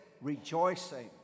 rejoicing